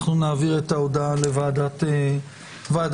אנחנו נעביר את ההודעה לוועדת הכנסת.